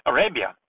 Arabia